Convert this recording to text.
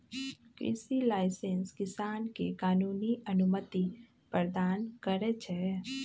कृषि लाइसेंस किसान के कानूनी अनुमति प्रदान करै छै